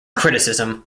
criticism